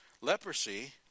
Leprosy